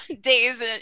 days